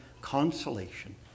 consolation